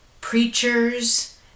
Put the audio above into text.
preachers